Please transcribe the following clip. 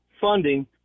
funding